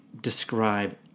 describe